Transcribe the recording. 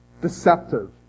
Deceptive